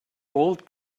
old